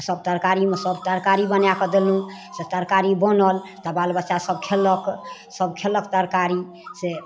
सब तरकारीमे सब तरकारी बनाकऽ देलहुँ से तरकारी बनल तऽ बाल बच्चासब खेलक सब खेलक तरकारी से